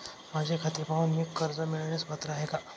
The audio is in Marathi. माझे खाते पाहून मी कर्ज मिळवण्यास पात्र आहे काय?